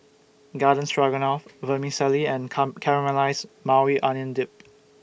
Garden Stroganoff Vermicelli and Come Caramelized Maui Onion Dip